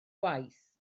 gwaith